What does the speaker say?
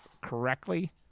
correctly